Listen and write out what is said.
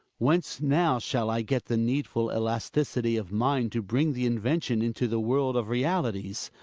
whence now shall i get the needful elasticity of mind to bring the invention into the world of realities.